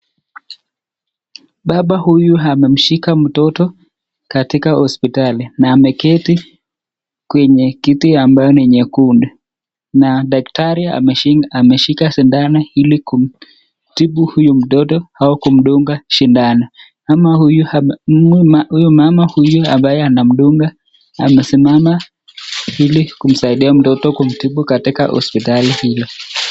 Baba huyu amemshika mtoto katika hospitali na ameketi kwenye kiti ambayo ni nyekundu na daktari ameshika sindano ili kumtibu huyu mtoto au kumdunga sindano. Mama huyu ambaye anamdunga amesimama ili kumsaidia mtoto kumtibu katika hospitali hiyo.